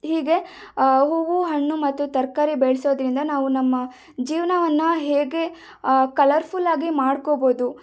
ಹೀಗೆ ಹೂವು ಹಣ್ಣು ಮತ್ತು ತರಕಾರಿ ಬೆಳೆಸೋದ್ರಿಂದ ನಾವು ನಮ್ಮ ಜೀವನವನ್ನ ಹೇಗೆ ಕಲರ್ಫುಲ್ ಆಗಿ ಮಾಡ್ಕೊಬೋದು